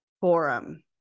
forum